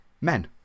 men